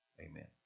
Amen